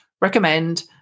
recommend